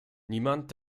niemand